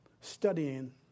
studying